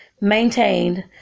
maintained